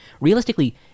realistically